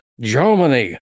Germany